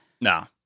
no